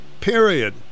period